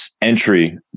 Entry